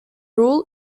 rule